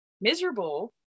miserable